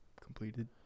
completed